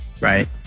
Right